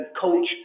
coach